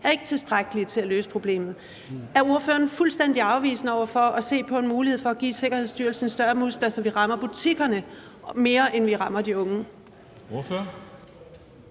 er ikke tilstrækkelige til at løse problemet. Er ordføreren fuldstændig afvisende over for at se på en mulighed for at give Sikkerhedsstyrelsen større muskler, så vi rammer butikkerne mere, end vi rammer de unge?